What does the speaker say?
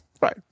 right